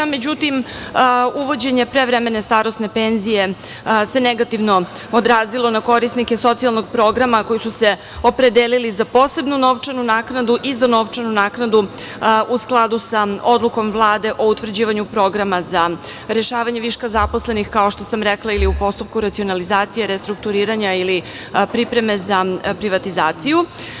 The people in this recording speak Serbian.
Međutim, uvođenje prevremene starosne penzije se negativno odrazilo na korisnike socijalnog programa koji su se opredelili za posebnu novčanu naknadu i za novčanu naknadu u skladu sa odlukom Vlade o utvrđivanju programa za rešavanje viška zaposlenih, kao što sam rekla, ili u postupku racionalizacije, restrukturiranja ili pripreme za privatizaciju.